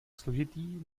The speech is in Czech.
složitý